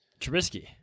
Trubisky